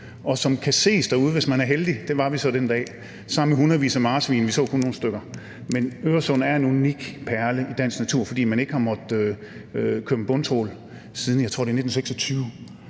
og som kan ses derude, hvis man er heldig. Det var vi så den dag. Der er også hundredvis af marsvin – vi så kun nogle stykker. Men Øresund er en unik perle i dansk natur, fordi man ikke har måttet bruge bundtrawl siden, jeg tror, det er 1926,